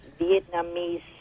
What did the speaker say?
Vietnamese